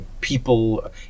people